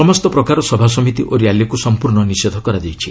ସମସ୍ତ ପ୍ରକାର ସଭାସମିତି ଓ ର୍ୟାଲିକୁ ସଂପୂର୍ଣ୍ଣ ନିଷେଧ କରାଯାଇଛି